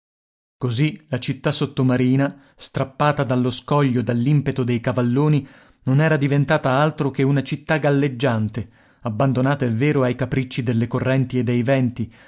così la città sottomarina strappata dallo scoglio dall'impeto dei cavalloni non era diventata altro che una città galleggiante abbandonata è vero ai capricci delle correnti e dei venti